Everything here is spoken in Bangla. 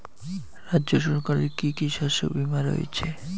রাজ্য সরকারের কি কি শস্য বিমা রয়েছে?